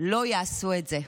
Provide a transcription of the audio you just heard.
לא יעשו את זה.